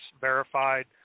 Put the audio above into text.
verified